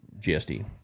GSD